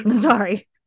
Sorry